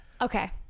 Okay